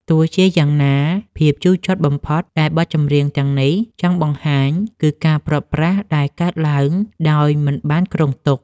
ទោះជាយ៉ាងណា ភាពជូរចត់បំផុតដែលបទចម្រៀងទាំងនេះចង់បង្ហាញ គឺការព្រាត់ប្រាសដែលកើតឡើងដោយមិនបានគ្រោងទុក។